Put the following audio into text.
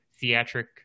theatric